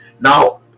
now